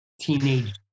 teenage